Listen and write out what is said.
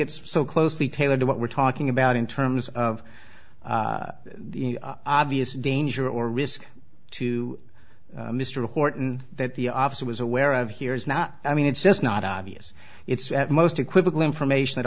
it's so closely tailored to what we're talking about in terms of the obvious danger or risk to mr horton that the officer was aware of here is not i mean it's just not obvious it's most equivocal information that